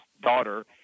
daughter